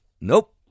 Nope